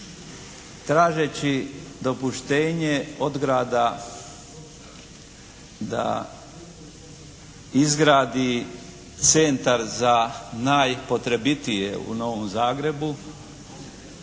Tražeći dopuštenje od grada da izgradi centar za najpotrebitije u Novom Zagrebu